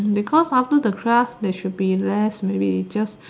because after the class they should be less maybe just